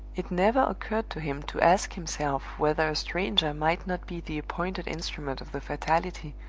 it never occurred to him to ask himself whether a stranger might not be the appointed instrument of the fatality,